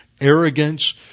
arrogance